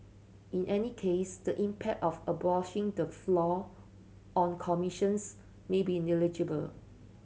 in any case the impact of abolishing the floor on commissions may be negligible